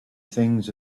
things